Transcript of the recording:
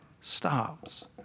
stops